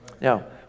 Now